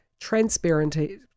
transparency